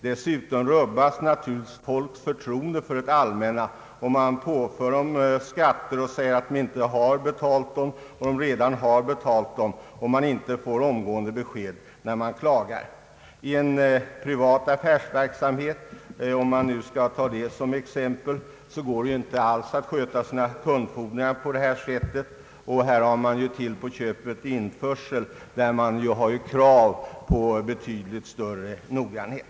Dessutom rubbas naturligtvis folks förtroende för det allmänna, om de påförs skatter under motivering att dessa inte betalats, medan de i verkligheten har gjort det och inte får omgående besked när de klagar. I en privat affärsverksamhet — om man nu skall ta ett sådant exempel — går det inte alls att sköta sina kundfordringar på det sättet. Uppbördsmyndigheterna begagnar till på köpet införsel, då man ju har krav på betydligt större noggrannhet.